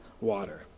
water